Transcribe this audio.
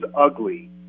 ugly